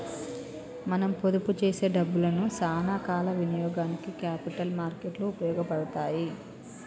మనం పొదుపు చేసే డబ్బులను సానా కాల ఇనియోగానికి క్యాపిటల్ మార్కెట్ లు ఉపయోగపడతాయి